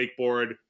wakeboard